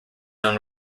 own